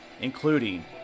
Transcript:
including